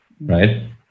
right